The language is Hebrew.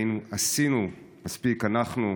האם עשינו מספיק, אנחנו,